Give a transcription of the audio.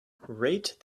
rate